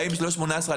אני